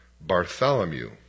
Bartholomew